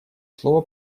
слово